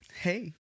Hey